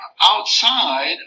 outside